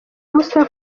musa